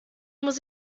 muss